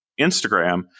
instagram